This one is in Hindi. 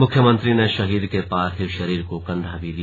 मुख्यमंत्री ने शहीद के पार्थिव शरीर को कंधा भी दिया